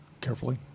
carefully